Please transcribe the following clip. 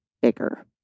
bigger